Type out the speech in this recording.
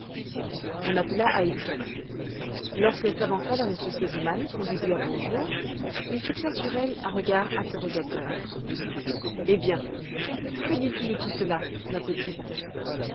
on appela heidi lorsqu'elle s'avança vers m r sesemann pour lui dire bonjour il fixa sur elle un regard interrogateur eh bien que dis-tu de tout cela ma petite